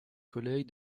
collègues